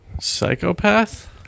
Psychopath